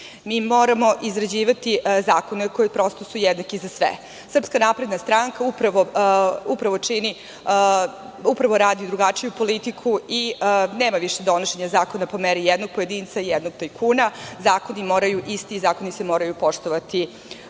Mi moramo izrađivati zakone koji su prosto jednaki za sve. Srpska napredna stranka upravo čini, upravo radi drugačiju politiku i nema više donošenja zakona po meri jednog pojedinca i jednog tajkuna. Zakoni su isti za sve, zakoni se moraju poštovati,